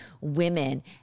women